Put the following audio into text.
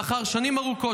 לאחר שנים ארוכות,